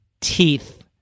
Teeth